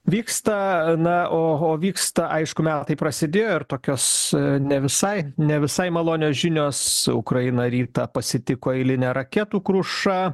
vyksta na o vyksta aišku metai prasidėjo ir tokios ne visai ne visai malonios žinios ukraina rytą pasitiko eilinė raketų kruša